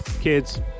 kids